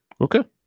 Okay